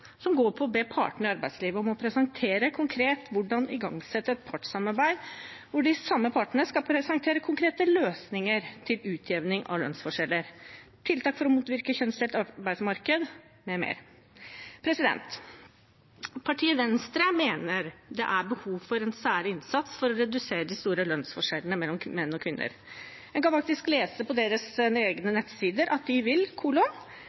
som går på å be partene i arbeidslivet om å presentere konkret hvordan igangsette et partssamarbeid hvor de samme partene skal presentere konkrete løsninger til utjevning av lønnsforskjeller, tiltak for å motvirke det kjønnsdelte arbeidsmarkedet, m.m. Partiet Venstre mener det er behov for en særlig innsats for å redusere de store lønnsforskjellene mellom menn og kvinner. En kan lese på deres egne nettsider at de vil